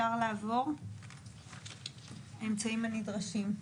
האמצעים הנדרשים.